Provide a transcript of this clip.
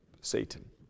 Satan